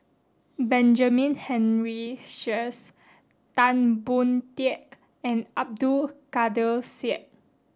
Benjamin Henry Sheares Tan Boon Teik and Abdul Kadir Syed